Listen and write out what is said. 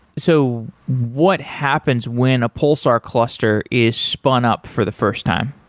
so what happens when a pulsar cluster is spun up for the first time?